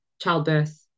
childbirth